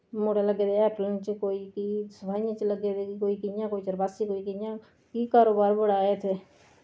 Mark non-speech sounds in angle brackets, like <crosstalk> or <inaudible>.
मुड़े लग्गे दे <unintelligible> च कोई की सफाइयें च लग्गे दे कोई कि'यां कोई चरपासी कोई कि'यां कि कारोबार बड़ा ऐ इत्थै